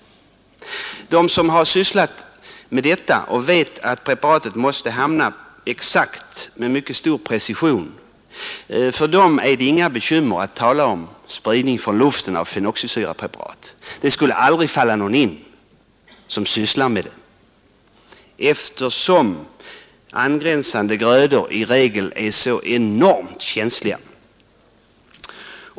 För dem som har sysslat med detta och vet att preparaten måste hamna exakt på rätt ställe med stor precision innebär spridning från luften av fenoxisyrapreparat inga bekymmer. Det skulle aldrig falla någon in att sprida dem på detta sätt, eftersom angränsande grödor i regel är enormt känsliga.